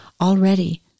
Already